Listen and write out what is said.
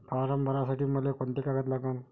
Form भरासाठी मले कोंते कागद लागन?